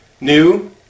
new